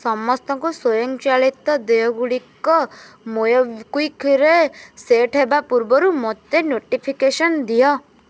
ସମସ୍ତଙ୍କୁ ସ୍ୱଂୟଚାଳିତ ଦେୟଗୁଡ଼ିକ ମୋବିକ୍ଵିକ୍ରେ ସେଟ୍ ହେବା ପୂର୍ବରୁ ମୋତେ ନୋଟିଫିକେସନ୍ ଦିଅ